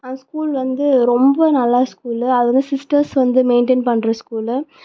அந்த ஸ்கூல் வந்து ரொம்ப நல்ல ஸ்கூல்லு அது வந்து சிஸ்டர்ஸ் வந்து மெயின்டெயின் பண்ணுற ஸ்கூலு